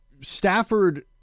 Stafford